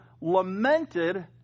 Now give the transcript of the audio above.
lamented